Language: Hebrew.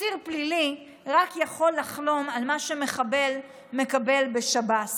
אסיר פלילי רק יכול לחלום על מה שמחבל מקבל בשב"ס.